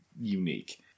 unique